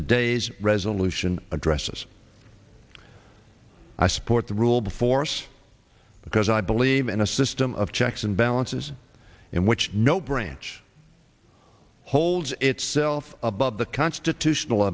today's resolution addresses i support the rule before us because i believe in a system of checks and balances in which no branch holds itself above the constitutional